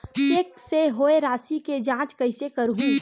Cheque से होए राशि के जांच कइसे करहु?